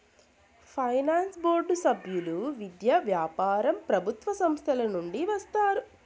finance board సభ్యులు విద్య, వ్యాపారం ప్రభుత్వ సంస్థల నుండి వస్తారు